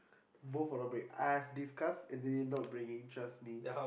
both will not bring I have discuss and they not bringing trust me